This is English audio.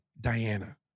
Diana